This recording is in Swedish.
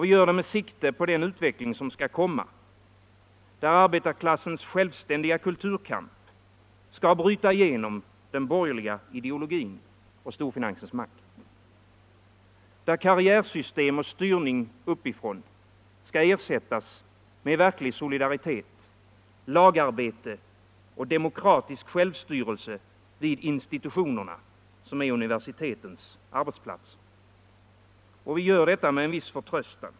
Vi gör det med sikte på den utveckling som skall komma, där arbetarklassens självständiga kulturkamp skall bryta igenom den borgerliga ideologin och storfinansens makt, där karriärsystem och styrning uppifrån skall ersättas med verklig solidaritet, lagarbete och demokratisk självstyrelse vid institutionerna, som är universitetens arbetsplatser. Vi gör detta med en viss förtröstan.